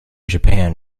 japan